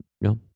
No